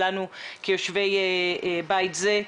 לנו כיושבי בית זה,